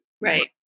Right